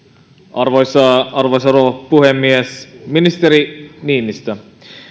arvoisa rouva puhemies ministeri niinistö